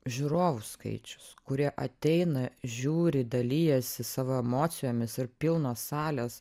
žiūrovų skaičius kurie ateina žiūri dalijasi savo emocijomis ir pilnos salės